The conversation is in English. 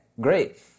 great